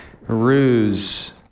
ruse